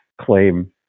claim